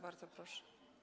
Bardzo proszę.